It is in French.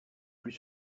plus